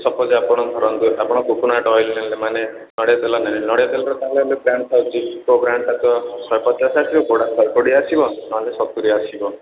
suppose ଆପଣ ଧରନ୍ତୁ ଆପଣ କୋକୋନଟ୍ ଅଏଲ୍ ନେଲେ ମାନେ ନଡ଼ିଆ ତେଲ ନେଲେ ନଡ଼ିଆ ତେଲରେ ବ୍ରାଣ୍ଡ୍ ଥାଉଛି କେଉଁ ବ୍ରାଣ୍ଡଟା ତ ଶହେ ପଚାଶ ଆସିବ କେଉଁଟା ଶହେ କୋଡ଼ିଏ ଆସିବ ନହେଲେ ସତୁରି ଆସିବ